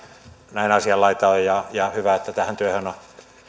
näin asian laita on ja ja hyvä että tähän työhön on